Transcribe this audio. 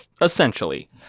Essentially